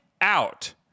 out